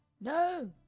No